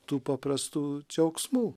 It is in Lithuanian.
tų paprastų džiaugsmų